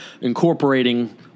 incorporating